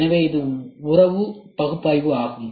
எனவே இது ஒரு உறவு பகுப்பாய்வு ஆகும்